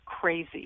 crazy